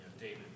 David